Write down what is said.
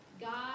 God